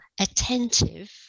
attentive